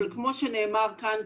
כמו שנאמר כאן,